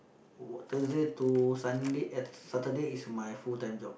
w~ Thursday to Sunday eh Saturday is my full time job